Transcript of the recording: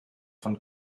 von